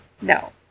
No